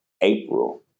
April